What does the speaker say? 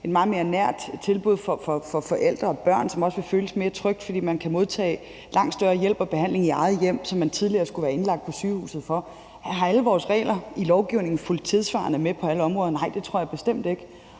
et meget mere nært tilbud til forældre og børn, som også vil føles meget mere trygt, fordi man kan modtage mere hjælp og behandling i eget hjem, som man tidligere skulle være indlagt på sygehuset for at få. Er alle vores regler i lovgivningen tilsvarende fulgt med på alle områder? Nej, det tror jeg bestemt ikke.